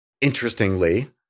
interestingly